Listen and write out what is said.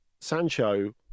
Sancho